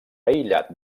aïllat